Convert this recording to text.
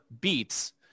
beats